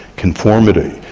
conformity.